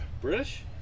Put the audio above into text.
British